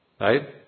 right